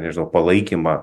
nežinau palaikymą